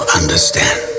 understand